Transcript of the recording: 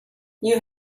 you